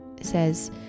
says